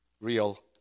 real